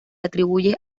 atribuye